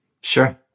Sure